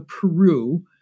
Peru